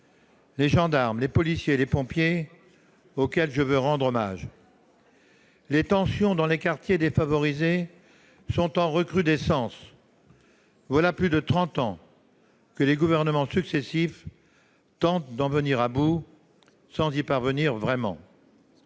les gendarmes, les policiers et les pompiers, à qui je veux rendre hommage. Les tensions dans les quartiers défavorisés sont en recrudescence. Voilà plus de trente ans que les gouvernements successifs tentent d'en venir à bout, sans y parvenir vraiment.